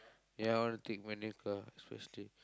ya I want to take manual car especially